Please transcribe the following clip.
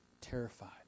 terrified